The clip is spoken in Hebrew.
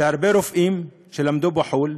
שהרבה רופאים שלמדו בחו"ל